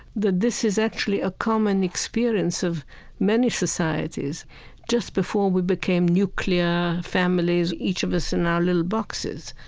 that this is actually a common experience of many societies just before we became nuclear families, each of us in our little boxes.